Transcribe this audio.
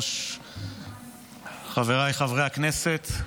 חבריי חברי הכנסת,